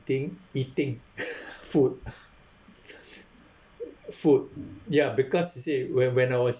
think eating food food ya because you see when when I was